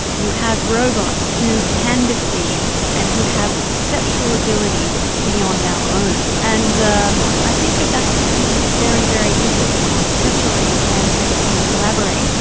you have robots who can deceive and who have perceptual abilities beyond our own. and um i think that that could be very, very interesting, especially when they can collaborate.